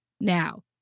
now